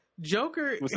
Joker